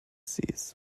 sees